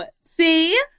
See